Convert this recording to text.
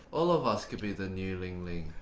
all of us could be the new ling ling.